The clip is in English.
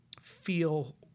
feel